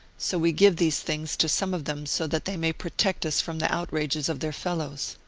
so we give these things to some of them so that they may protect us from the outrages of their fellows.